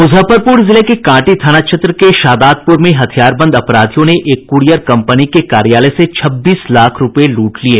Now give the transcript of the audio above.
मूजफ्फरपूर जिले के कांटी थाना क्षेत्र के शादातपूर में हथियारबंद अपराधियों ने एक कुरियर कंपनी के कार्यालय से छब्बीस लाख रुपये लूट लिये